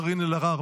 קארין אלהרר,